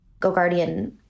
GoGuardian